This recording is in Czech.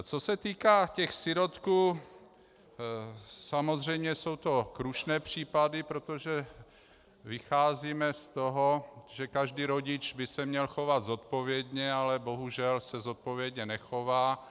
Co se týká sirotků, samozřejmě jsou to krušné případy, protože vycházíme z toho, že každý rodič by se měl chovat zodpovědně, ale bohužel se zodpovědně nechová.